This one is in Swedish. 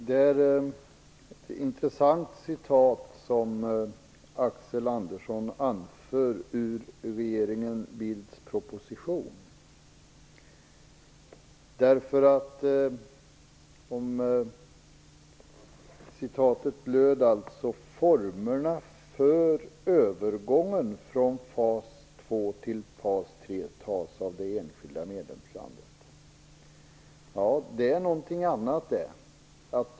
Fru talman! Det är ett intressant citat som Axel Citatet löd: formerna för övergången från fas två till fas tre fattas av det enskilda medlemslandet. Det är någonting annat det.